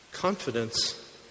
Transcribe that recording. Confidence